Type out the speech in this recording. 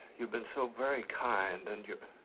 you've been so very kind, and you.